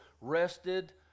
rested